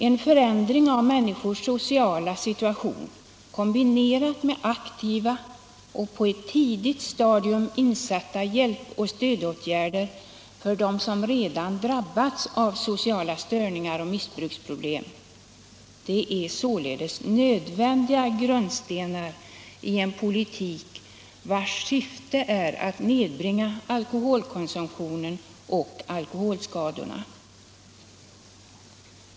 En förändring av människors sociala situation, kombinerad med aktiva och på ett tidigt stadium insatta hjälp och stödåtgärder för den som redan drabbats av sociala störningar och missbruksproblem är således nödvändiga grundstenar i en politik, vars syfte är att nedbringa alkoholkonsumtionen och alkoholskadorna.